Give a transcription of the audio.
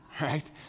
Right